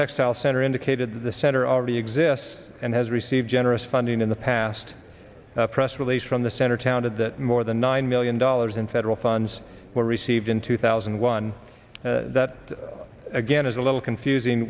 textile center indicated the center already exists and has received generous funding in the past press release from the center town to that more than nine million dollars in federal funds were received in two thousand and one that again is a little confusing